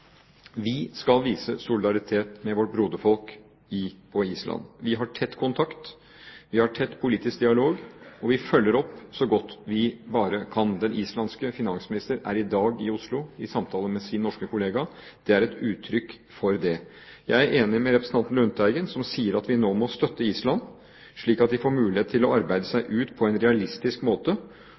Vi skal vise solidaritet med vårt broderfolk på Island. Vi har tett kontakt. Vi har tett politisk dialog, og vi følger opp så godt vi bare kan. Den islandske finansminister er i dag i Oslo i samtale med sin norske kollega. Det er et uttrykk for dette. Jeg er enig med representanten Lundteigen som sier at vi nå må støtte Island slik at de får mulighet til å arbeide seg ut av uføret på en realistisk måte.